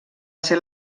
ser